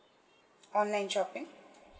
online shopping